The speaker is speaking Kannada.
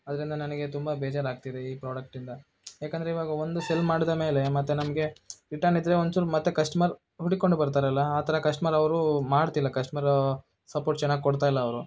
ಅದರಿಂದ ನನಗೆ ತುಂಬ ಬೇಜಾರಾಗ್ತಿದೆ ಈ ಪ್ರಾಡಕ್ಟಿಂದ ಏಕೆಂದ್ರೆ ಇವಾಗ ಒಂದು ಸೆಲ್ ಮಾಡಿದ ಮೇಲೆ ಮತ್ತೆ ನಮಗೆ ರಿಟನ್ನಿದ್ರೆ ಒಂಚೂರು ಮತ್ತೆ ಕಸ್ಟಮರ್ ಹುಡುಕ್ಕೊಂಡು ಬರ್ತಾರಲ್ಲ ಆ ಥರ ಕಸ್ಟಮರ್ ಅವರು ಮಾಡ್ತಿಲ್ಲ ಕಸ್ಟಮರ ಸಪೋರ್ಟ್ ಚೆನ್ನಾಗಿ ಕೊಡ್ತಾಯಿಲ್ಲ ಅವರು